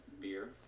beer